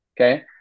okay